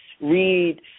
read